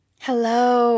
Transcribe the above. Hello